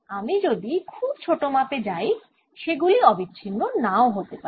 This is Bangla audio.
আমি যদি খুব ছোট মাপে যাই সেগুলি অবিচ্ছিন্ন নাও হতে পারে